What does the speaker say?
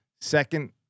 second